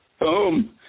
Boom